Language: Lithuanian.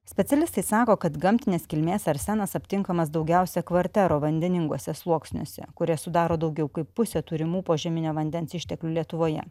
specialistai sako kad gamtinės kilmės arsenas aptinkamas daugiausia kvartero vandeninguose sluoksniuose kurie sudaro daugiau kaip pusę turimų požeminio vandens išteklių lietuvoje